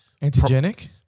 Antigenic